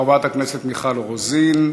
חברת הכנסת מיכל רוזין,